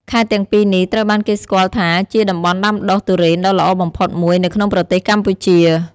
ខេត្តទាំងពីរនេះត្រូវបានគេស្គាល់ថាជាតំបន់ដាំដុះទុរេនដ៏ល្អបំផុតមួយនៅក្នុងប្រទេសកម្ពុជា។